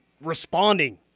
responding